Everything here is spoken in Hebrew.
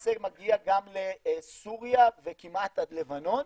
ולמעשה מגיע גם לסוריה וכמעט עד לבנון.